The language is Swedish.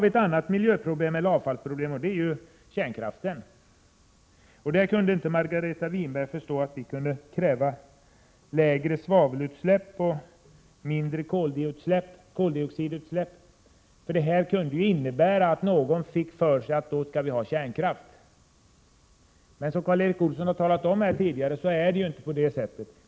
Ytterligare ett miljöeller avfallsproblem är kärnkraften. Där kunde inte Margareta Winberg förstå hur vi kunde kräva lägre svavelutsläpp och mindre koldioxidutsläpp, eftersom detta kunde innebära att någon fick för sig att vi skulle ha kärnkraft! Som Karl Erik Olsson har talat om tidigare, är det ju inte alls på det sättet.